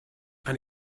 and